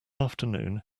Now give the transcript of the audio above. afternoon